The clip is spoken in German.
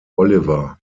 oliver